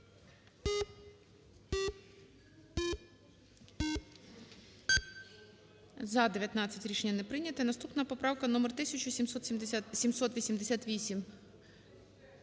За-35 Рішення не прийняте. Наступна поправка номер 1790.